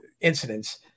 incidents